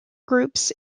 groups